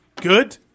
good